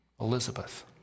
Elizabeth